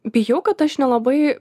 bijau kad aš nelabai